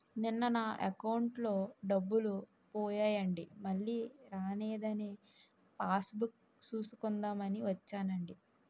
నిన్న నా అకౌంటులో డబ్బులు పోయాయండి మల్లీ రానేదని పాస్ బుక్ సూసుకుందాం అని వచ్చేనండి